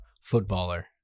footballer